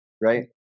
right